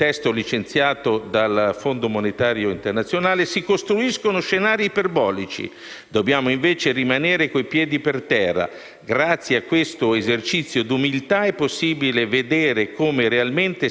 Grazie a questo esercizio di umiltà è possibile vedere come realmente stanno le cosa e approntare, pure nella ristrettezza dei tempi che ci consegna questa legislatura, le possibili risposte.